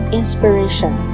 inspiration